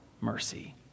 mercy